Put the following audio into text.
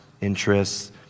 interests